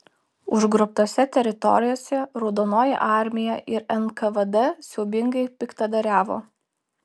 užgrobtose teritorijose raudonoji armija ir nkvd siaubingai piktadariavo